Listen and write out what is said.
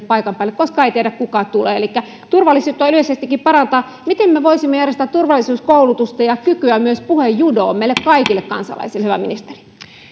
paikan päälle koskaan ei tiedä kuka tulee elikkä turvallisuutta yleisestikin tulee parantaa miten me me voisimme järjestää turvallisuuskoulutusta ja kykyä myös puhejudoon meille kaikille kansalaisille hyvä ministeri